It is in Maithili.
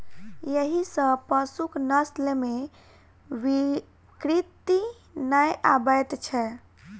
एहि सॅ पशुक नस्ल मे विकृति नै आबैत छै